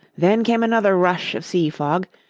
then came another rush of sea-fog,